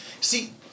See